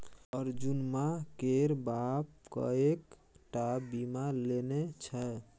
अर्जुनमा केर बाप कएक टा बीमा लेने छै